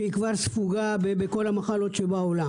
שהיא כבר ספוגה בכל המחלות שבעולם.